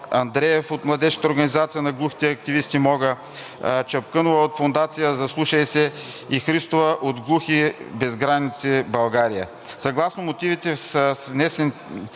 Андреев от Младежка организация на глухите активисти „МОГА“, Чапкънова от фондация „Заслушай се“ и Христова от „Глухи без граници – България“. Съгласно мотивите с внесените